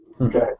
Okay